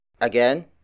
Again